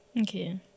Okay